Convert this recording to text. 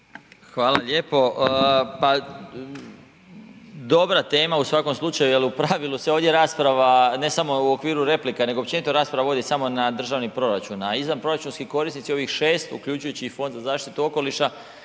Hvala lijepo. Pa, dobra tema u svakom slučaju jel u pravilu se ovdje rasprava ne samo u okviru replika nego općenito rasprava vodi samo na državni proračun, a izvanproračunski korisnici, ovih 6 uključujući i Fond za zaštitu okoliša